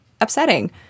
upsetting